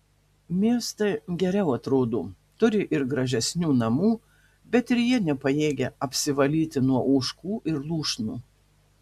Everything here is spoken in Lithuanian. miestai geriau atrodo turi ir gražesnių namų bet ir jie nepajėgia apsivalyti nuo ožkų ir lūšnų